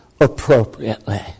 appropriately